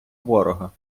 ворога